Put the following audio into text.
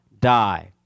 die